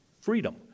freedom